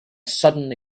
sudden